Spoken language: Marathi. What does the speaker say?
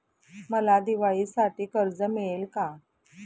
मला दिवाळीसाठी कर्ज मिळेल का?